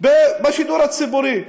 בשידור הציבורי?